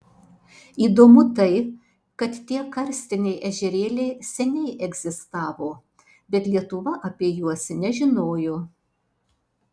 įdomu tai kad tie karstiniai ežerėliai seniai egzistavo bet lietuva apie juos nežinojo